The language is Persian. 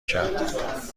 کرد